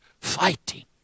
fighting